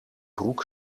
broek